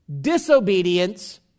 Disobedience